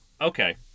Okay